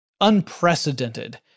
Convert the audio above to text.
unprecedented